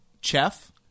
Chef